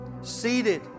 seated